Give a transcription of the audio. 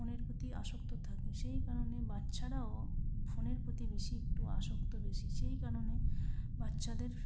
ফোনের প্রতি আসক্ত থাকে সেই কারণে বাচ্চারাও ফোনের প্রতি বেশি একটু আসক্ত বেশি সেই কারণে বাচ্চাদের